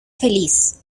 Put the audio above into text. feliz